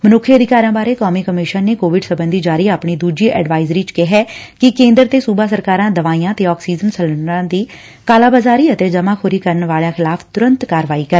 ਮਨੁੱਖੀ ਅਧਿਕਾਰਾਂ ਬਾਰੇ ਕੌਮੀ ਕਮਿਸ਼ਨ ਨੇ ਕੋਵਿਡ ਸਬੰਧੀ ਜਾਰੀ ਆਪਣੀ ਦੂਜੀ ਐਡਵਾਇਜ਼ਰੀ ਚ ਕਿਹੈ ਕਿ ਕੇਂਦਰ ਤੇ ਸੁਬਾ ਸਰਕਾਰਾਂ ਦਵਾਈਆਂ ਤੇ ਆਕਸੀਜਨ ਸਿਲੰਡਰਾਂ ਦੀ ਕਾਲਾਬਾਜ਼ਾਰੀ ਤੇ ਜਮਾਖੋਰੀ ਕਰਨ ਵਾਲਿਆਂ ਖਿਲਾਫ਼ ਤੁਰੰਤ ਕਾਰਵਾਈ ਕਰਨ